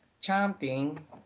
chanting